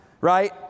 right